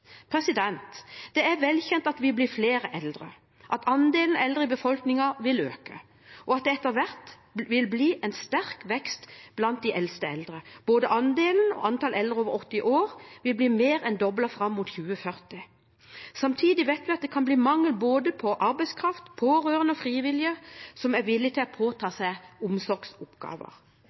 Det er vel kjent at vi blir flere eldre, at andelen eldre i befolkningen vil øke, og at det etter hvert vil bli en sterk vekst blant de eldste eldre. Både andelen og antall eldre over 80 år vil bli mer enn doblet fram mot 2040. Samtidig vet vi at det kan bli mangel på både arbeidskraft, pårørende og frivillige som er villige til å påta seg omsorgsoppgaver.